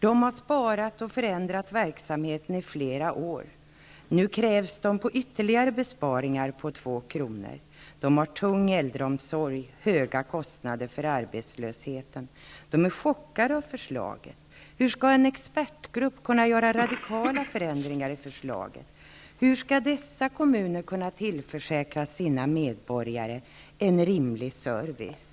De har sparat och förändrat verksamheten i flera år, och nu krävs de på ytterligare besparingar på 2 kr. De har tung äldreomsorg och höga kostnader för arbetslösheten. De är chockade av förslaget. Hur skall en expertgrupp kunna göra radikala förändringar i förslaget? Hur skall dessa kommuner kunna tillförsäkra sina medborgare en rimlig service?